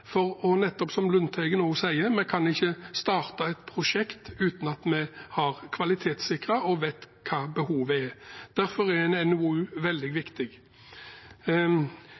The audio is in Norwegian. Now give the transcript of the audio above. for nettopp som Lundteigen også sier: Vi kan ikke starte et prosjekt uten at vi har kvalitetssikret og vet hva behovet er. Derfor er en NOU veldig viktig